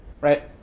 right